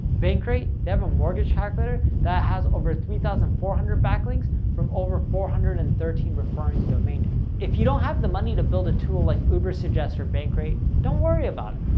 bankrate, they have a mortgage calculator that has over three thousand four hundred backlinks from over four hundred and thirteen referring domain names. if you don't have the money to build a tool like uber suggest or bankrate, don't worry about it,